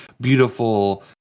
beautiful